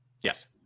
Yes